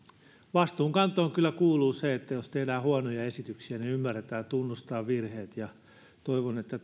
vastuunkantoon kyllä kuuluu se että jos tehdään huonoja esityksiä ymmärretään tunnustaa virheet ja toivon että